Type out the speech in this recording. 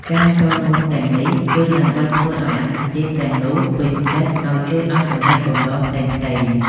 ការសូត្រមន្តទាំងនេះ គឺដើម្បីធ្វើឱ្យអាទិទេពទាំងនោះពេញចិត្ត ហើយជួយឱ្យសម្រេចបំណងផ្សេងៗ។